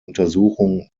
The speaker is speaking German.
untersuchung